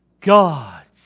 God's